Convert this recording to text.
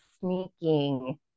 sneaking